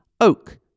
Oak